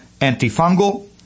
antifungal